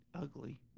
Ugly